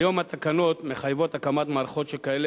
כיום התקנות מחייבות הקמת מערכות שכאלה